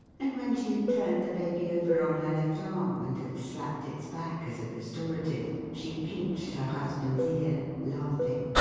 and when she had turned the baby over on her left arm, and had slapped its back as a restorative, she pinched her husband's ear, laughing.